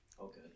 Okay